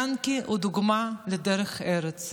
יענקי הוא דוגמה לדרך ארץ.